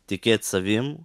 tikėt savim